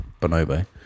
Bonobo